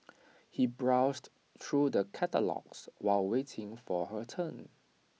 he browsed through the catalogues while waiting for her turn